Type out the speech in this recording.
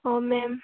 ꯑꯣ ꯃꯦꯝ